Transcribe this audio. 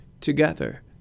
Together